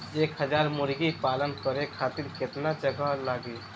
एक हज़ार मुर्गी पालन करे खातिर केतना जगह लागी?